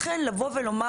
לכן לבוא ולומר